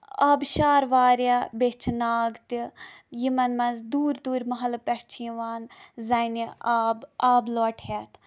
آبہٕ شار واریاہ بیٚیہِ چھِ ناگ تہِ یِمن منٛز دوٗر دوٗرِ محلہٕ پٮ۪ٹھ چھِ یِوان زَنہِ آب آبہٕ لوٹہٕ ہیٚتھ